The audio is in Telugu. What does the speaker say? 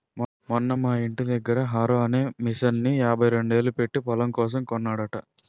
మొన్న మా యింటి దగ్గర హారో అనే మిసన్ని యాభైరెండేలు పెట్టీ పొలం కోసం కొన్నాడట